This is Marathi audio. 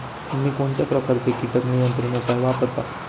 तुम्ही कोणत्या प्रकारचे कीटक नियंत्रण उपाय वापरता?